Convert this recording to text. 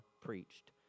preached